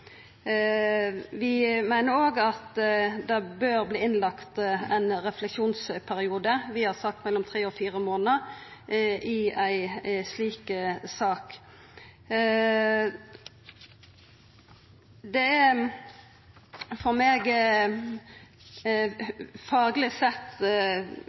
Vi meiner òg at det bør verta lagt inn ein refleksjonsperiode – vi har sagt mellom tre og fire månader – i ei slik sak. Det er for meg fagleg sett